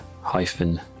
hyphen